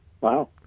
Wow